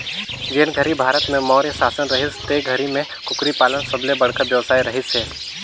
जेन घरी भारत में मौर्य सासन रहिस ते घरी में कुकरी पालन सबले बड़खा बेवसाय रहिस हे